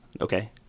Okay